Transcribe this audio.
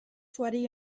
sweaty